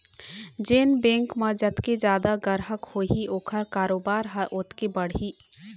जेन बेंक म जतके जादा गराहक होही ओखर कारोबार ह ओतके बढ़ही